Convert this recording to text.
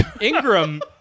Ingram